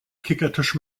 kickertisch